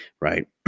Right